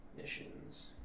Missions